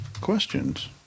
questions